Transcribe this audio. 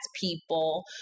people